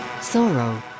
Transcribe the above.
Sorrow